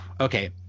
okay